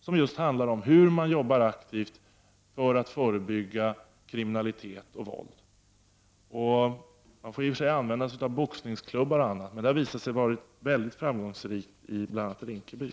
Detta program handlar om hur man arbetar aktivt för att förebygga kriminalitet och våld. Man får i och för sig använda sig av boxningsklubbar och annat, men det här arbetet har visat sig vara mycket framgångsrikt i bl.a. Rinkeby.